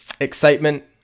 Excitement